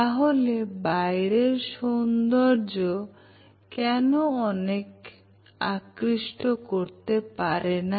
তাহলে বাইরের সৌন্দর্য কেন অন্যকে আকৃষ্ট করতে পারে না